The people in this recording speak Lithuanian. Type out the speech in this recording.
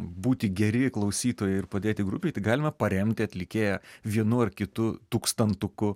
būti geri klausytojai ir padėti grupei tai galime paremti atlikėją vienu ar kitu tūkstantuku